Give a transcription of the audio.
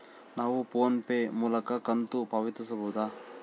ನಾವು PhonePe ಮೂಲಕ ಕಂತು ಪಾವತಿಸಬಹುದಾ?